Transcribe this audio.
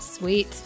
Sweet